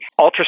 ultrasound